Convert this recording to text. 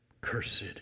cursed